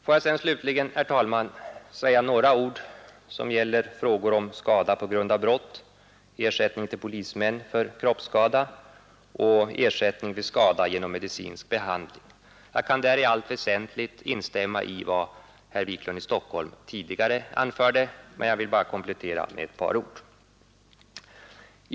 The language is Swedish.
Låt mig sedan, herr talman, säga några ord om skada på grund av brott, ersättning till polismän för kroppsskada och ersättning vid skada genom medicinsk behandling. Jag kan där i allt väsentligt instämma i vad herr Wiklund i Stockholm tidigare anfört, men jag vill komplettera med ett par ord.